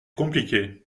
compliqué